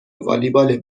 والیبال